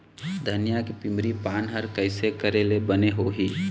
धनिया के पिवरी पान हर कइसे करेले बने होही?